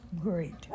great